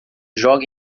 joga